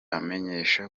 amenyesha